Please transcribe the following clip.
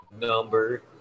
number